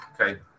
okay